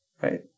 right